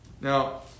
Now